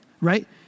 right